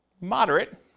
Moderate